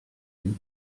dem